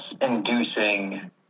inducing